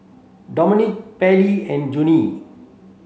Domenic Pairlee and Joanie